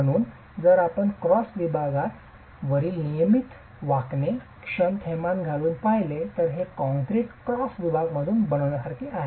म्हणून जर आपण क्रॉस विभागा वरील नियमित वाकणे क्षण थैमान घालून पाहिले तर हे कंक्रीट क्रॉस विभाग मजबूत बनविण्यासारखे आहे